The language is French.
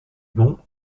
bon